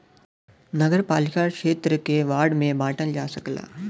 नगरपालिका क्षेत्र के वार्ड में बांटल जा सकला